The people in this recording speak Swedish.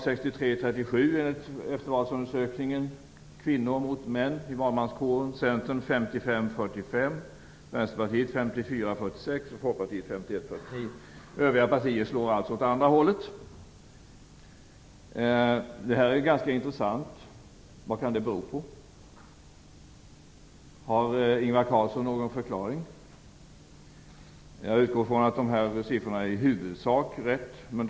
Centern är förhållandet 55-45, för Vänsterpartiet 54 46 och Folkpartiet 51-49. Övriga partier slår åt det andra hållet. Detta är ganska intressant. Vad kan det bero på? Har Ingvar Carlsson någon förklaring? Jag utgår från att dessa siffror i huvudsak stämmer.